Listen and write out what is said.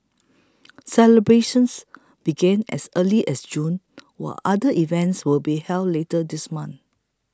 celebrations began as early as June while other events will be held later this month